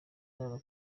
arara